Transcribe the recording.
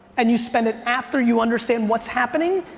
and you spend it after you understand what's happening,